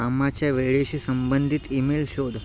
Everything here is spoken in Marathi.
कामाच्या वेळेशी संबंधित इमेल शोध